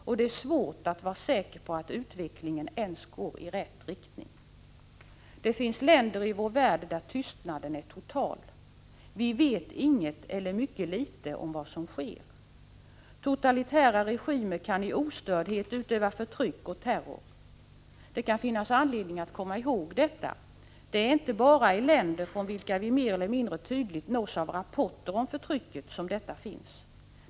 Och det är svårt att vara säker på att utvecklingen ens går i rätt riktning. Det finns länder i vår värld där tystnaden är total. Vi vet inget eller mycket litet om vad som sker. Totalitära regimer kan i ostördhet utöva förtryck och terror. Det kan finnas anledning att komma ihåg detta. Det är inte bara i länder, från vilka vi mer eller mindre tydligt nås av rapporter om förtrycket, som detta finns.